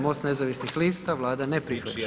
MOST nezavisnih lista, Vlada ne prihvaća.